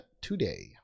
today